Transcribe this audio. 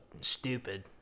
stupid